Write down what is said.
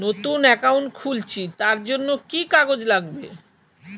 নতুন অ্যাকাউন্ট খুলছি তার জন্য কি কি কাগজ লাগবে?